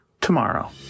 tomorrow